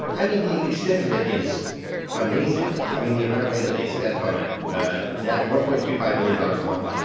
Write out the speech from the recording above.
i mean, the extent of it is amazing. i mean, the amount of money that they spent on it ah that one point two five million dollars a month,